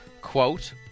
quote